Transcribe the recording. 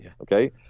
Okay